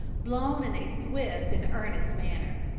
blown in a swift and earnest manner.